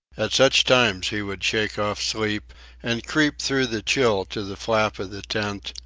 at such times he would shake off sleep and creep through the chill to the flap of the tent,